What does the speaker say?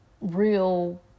real